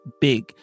big